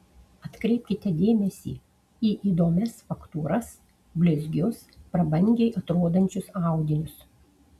atkreipkite dėmesį į įdomias faktūras blizgius prabangiai atrodančius audinius